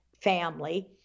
family